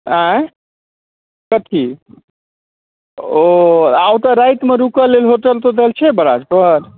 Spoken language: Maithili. अँइ कथी ओ आ ओतऽ रातिमे रुकऽ लए होटल तोटल छै बराजपर